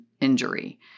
injury